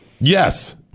Yes